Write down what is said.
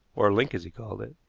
or link as he called it,